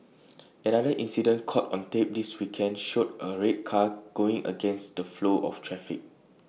another incident caught on tape this weekend showed A red car going against the flow of traffic